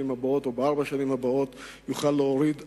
הבאות או בארבע השנים הבאות יוכל להוריד עוד,